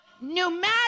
pneumatic